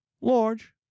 Large